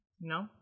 No